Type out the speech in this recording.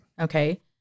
Okay